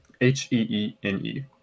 H-E-E-N-E